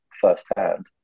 firsthand